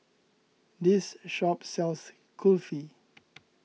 this shop sells Kulfi